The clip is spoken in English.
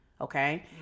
Okay